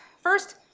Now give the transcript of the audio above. First